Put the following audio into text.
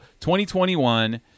2021